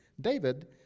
David